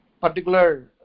particular